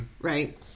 right